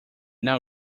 now